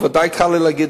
בוודאי קל לי להגיד,